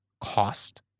cost